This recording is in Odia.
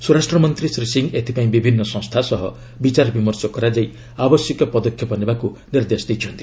ସ୍ୱରାଷ୍ଟ୍ରମନ୍ତ୍ରୀ ଶ୍ରୀ ସିଂ ଏଥିପାଇଁ ବିଭିନ୍ନ ସଂସ୍ଥା ସହ ବିଚାରବିମର୍ଶ କରାଯାଇ ଆବଶ୍ୟକୀୟ ପଦକ୍ଷେପ ନେବାକୁ ନିର୍ଦ୍ଦେଶ ଦେଇଛନ୍ତି